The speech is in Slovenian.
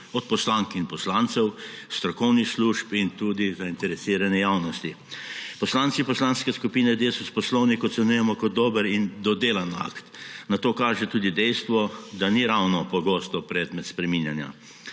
od poslank in poslancev, strokovnih služb in tudi zainteresirane javnosti. Poslanci Poslanske skupine Desus poslovnik ocenjujemo kot dober in dodelan akt. Na to kaže tudi dejstvo, da ni ravno pogosto predmet spreminjanja.